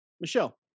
Michelle